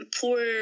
poor